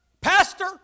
Pastor